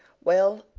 well,